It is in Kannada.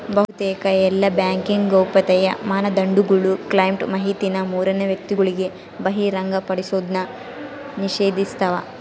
ಬಹುತೇಕ ಎಲ್ಲಾ ಬ್ಯಾಂಕಿಂಗ್ ಗೌಪ್ಯತೆಯ ಮಾನದಂಡಗುಳು ಕ್ಲೈಂಟ್ ಮಾಹಿತಿನ ಮೂರನೇ ವ್ಯಕ್ತಿಗುಳಿಗೆ ಬಹಿರಂಗಪಡಿಸೋದ್ನ ನಿಷೇಧಿಸ್ತವ